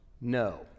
No